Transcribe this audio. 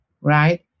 Right